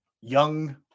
young